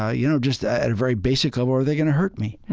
ah you know, just at a very basic level, are they going to hurt me?